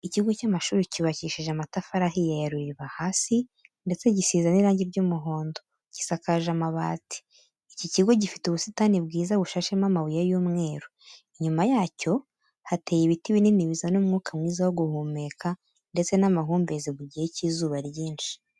Ikigo cy'amashuri cyubakishije amatafari ahiye ya ruriba hasi, ndetse gisize n'irangi ry'umuhondo, gisakaje amabati. Iki kigo gifite ubusitani bwiza bushashemo amabuye y'umweru, inyuma yacyo hateye ibiti binini bizana umwuka mwiza wo guhumeka, ndetse n'amahumbezi mu gihe cy'izuba ryinshi.